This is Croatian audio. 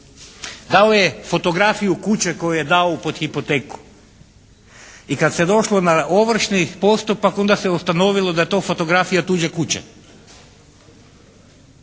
Dao je fotografiju kuće koju je dao pod hipoteku i kad se došlo na ovršni postupak onda se ustanovilo da je to fotografija tuđe kuće.